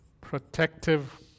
protective